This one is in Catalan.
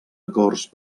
acords